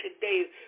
today